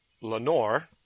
Lenore